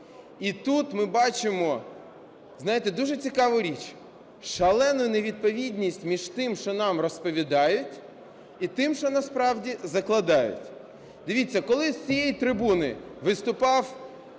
І тут ми бачимо, знаєте, дуже цікаву річ: шалену невідповідність між тим, що нам розповідають і тим, що насправді закладають. Дивіться, коли з цієї трибуни виступав